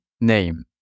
name